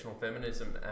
feminism